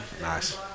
Nice